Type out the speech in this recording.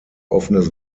offenes